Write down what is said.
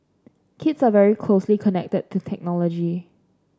kids are very closely connected to technology